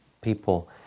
people